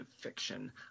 fiction